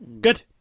Good